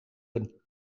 een